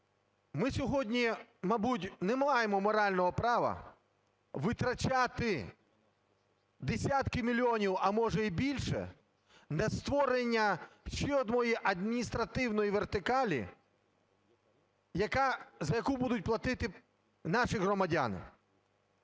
Ми сьогодні, мабуть, не маємо морального права витрачати десятки мільйонів, а може й більше, для створення ще одної адміністративної вертикалі, яка… за яку будуть платити наші громадяни.